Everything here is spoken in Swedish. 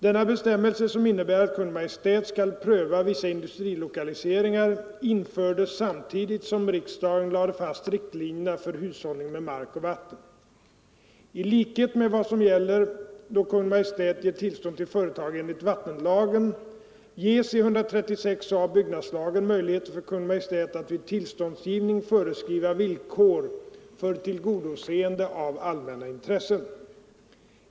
Denna bestämmelse, som innebär att Kungl. Maj:t skall pröva vissa industrilokaliseringar, infördes samtidigt som riksdagen lade fast riktlinjerna för hushållningen med mark och vatten. I likhet med vad som gäller då Kungl. Maj:t ger tillstånd till företag enligt vattenlagen ges i 136 a § byggnadslagen möjlighet för Kungl. Maj:t att vid tillståndsgivning föreskriva villkor för tillgodoseende av allmänna intressen.